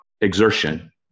exertion